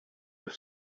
have